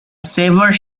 severe